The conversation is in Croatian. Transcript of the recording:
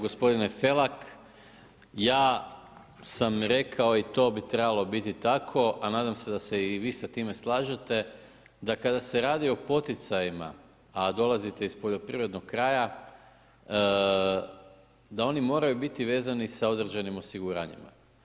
Gospodine Felak, ja sam rekao i to bi trebalo biti tako a nadam se da se i vi sa tome slažete, da kada se radi o poticajima a dolazite iz poljoprivrednog kraja da oni moraju biti vezani sa određenim osiguranjima.